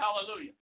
Hallelujah